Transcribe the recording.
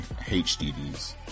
HDDs